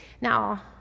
Now